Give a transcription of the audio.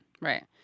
Right